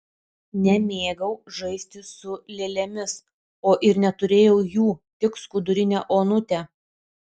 nemėgau žaisti su lėlėmis o ir neturėjau jų tik skudurinę onutę